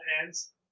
hands